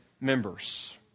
members